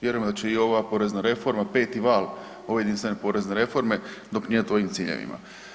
Vjerujem da će i ova porezna reforma 5. vale ove jedinstvene porezne reforme doprinijeti ovim ciljevima.